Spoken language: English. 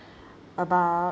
about